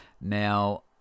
now